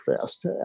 fast